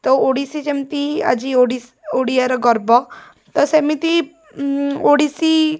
ତ ଓଡ଼ିଶୀ ଯେମିତି ଆଜି ଓଡ଼ିଶା ଓଡ଼ିଆର ଗର୍ବ ତ ସେମିତି ଓଡ଼ିଶୀ